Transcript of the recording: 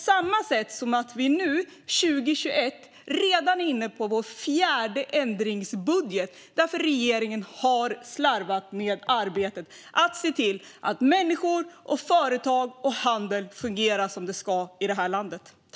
Vi är också nu, 2021, redan inne på vår fjärde ändringsbudget, eftersom regeringen har slarvat med att se till att det fungerar som det ska för människor, företag och handel i det här landet.